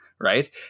right